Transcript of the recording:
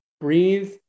breathe